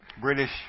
British